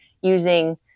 using